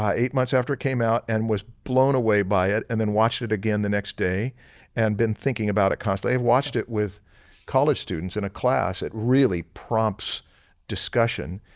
um eight months after it came out and was blown away by it and then watched it again the next day and been thinking about it constantly. i watched it with college students in a class, it really prompts discussion.